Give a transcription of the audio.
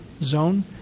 zone